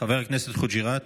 חבר הכנסת חוג'יראת,